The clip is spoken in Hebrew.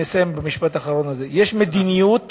מדיניות